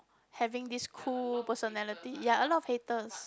having this cool personality ya a lot of haters